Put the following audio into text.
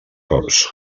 cops